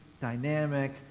dynamic